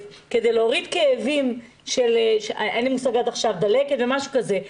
כדי להוריד כאבים של דלקת או משהו כזה,